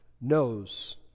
knows